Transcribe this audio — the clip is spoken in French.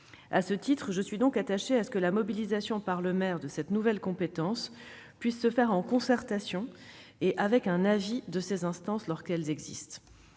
multipartite. Je suis donc attachée à ce que la mobilisation, par le maire, de cette nouvelle compétence puisse se faire en concertation et avec un avis de telles instances, lorsque celles-ci existent.